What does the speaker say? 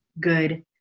good